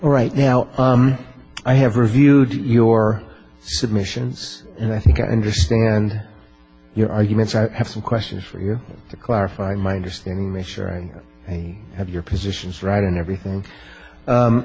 right now i have reviewed your submissions and i think i understand your arguments i have two questions for you to clarify my understanding make sure i have your positions right and everything